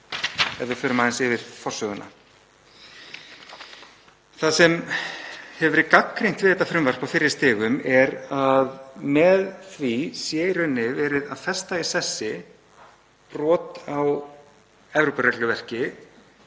Förum aðeins yfir forsöguna. Það sem hefur verið gagnrýnt við þetta frumvarp á fyrri stigum er að með því sé í rauninni verið að festa í sessi brot á Evrópuregluverki